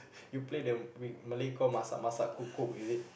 you played them with Malay called masak masak cook cook is it